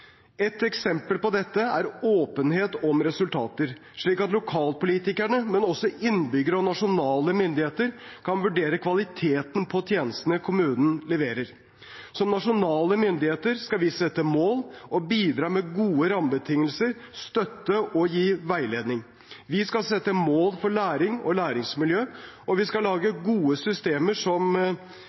Et eksempel på dette er åpenhet om resultater, slik at lokalpolitikerne, men også innbyggere og nasjonale myndigheter kan vurdere kvaliteten på tjenestene kommunen leverer. Som nasjonale myndigheter skal vi sette mål og bidra med gode rammebetingelser, støtte og gi veiledning. Vi skal sette mål for læring og læringsmiljø, og vi skal lage gode systemer som